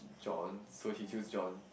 John so he choose John